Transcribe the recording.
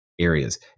Areas